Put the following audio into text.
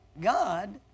God